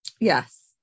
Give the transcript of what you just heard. Yes